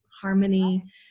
harmony